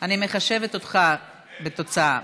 אני מחשבת אותך בתוצאה.